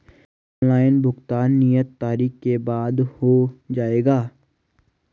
Online भुगतान नियत तारीख के बाद हो जाएगा?